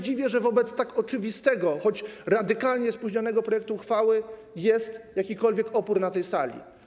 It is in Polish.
Dziwię się, że wobec tak oczywistego, choć radykalnie spóźnionego projektu uchwały jest jakikolwiek opór na tej sali.